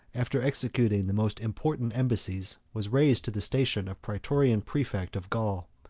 after executing the most important embassies, was raised to the station of praetorian praefect of gaul.